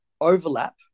overlap